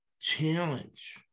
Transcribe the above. Challenge